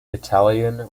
italian